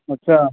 ਅੱਛਾ